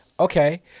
Okay